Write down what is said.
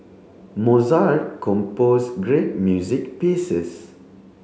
Mozart compose great music pieces